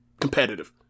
competitive